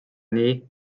nii